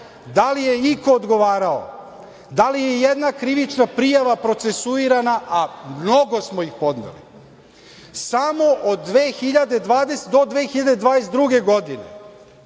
li je iko odgovarao? Da li je jedna krivična prijava procesuirana a mnogo smo ih podneli? Samo do 2022. godine,